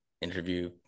interview